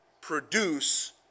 produce